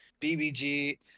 BBG